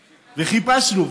וחיפשנו.